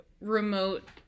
remote